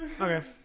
Okay